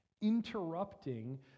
interrupting